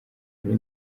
kuri